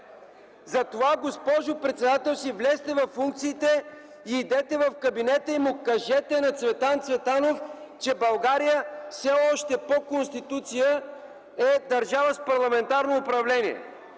Затова, госпожо председател, си влезте във функциите, идете в кабинета и му кажете на Цветан Цветанов, че България все още по Конституция е държава с парламентарно управление.